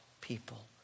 people